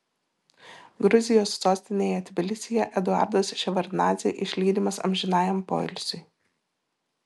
gruzijos sostinėje tbilisyje eduardas ševardnadzė išlydimas amžinajam poilsiui